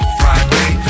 friday